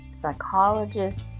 psychologist's